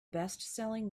bestselling